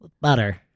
Butter